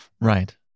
Right